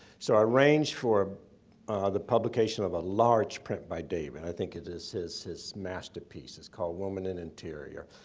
so i arranged for the publication of a large print by david, and i think it is his his masterpiece. it's called woman in interior,